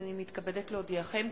הנני מתכבדת להודיעכם,